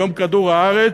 ביום כדור-הארץ.